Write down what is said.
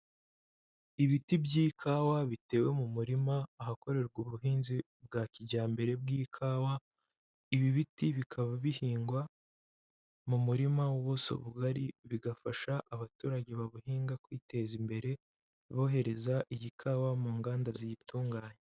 Ibiti by'ikawa bitewe mu murima ahakorerwa ubuhinzi bwa kijyambere bw'ikawa, ibi biti bikaba bihingwa mu murima w'ubuso bugari bigafasha abaturage babuhinga kwiteza imbere bohereza iyi kawa mu nganda ziyitunganya.